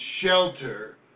shelter